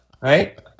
right